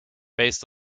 based